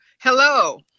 Hello